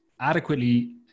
adequately